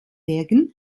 werke